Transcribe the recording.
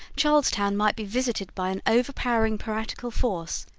charles town might be visited by an overpowering piratical force,